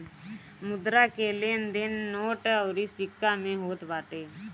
मुद्रा के लेन देन नोट अउरी सिक्का में होत बाटे